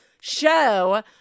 show